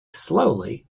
slowly